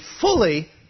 fully